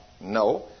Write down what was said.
No